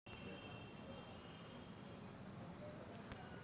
कास्तकाराइसाठी धरम काटा ठीक रायते का?